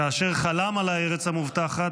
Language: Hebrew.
כאשר חלם על הארץ המובטחת,